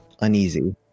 uneasy